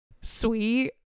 sweet